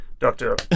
Doctor